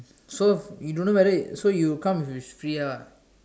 so you don't know whether so you come is free ah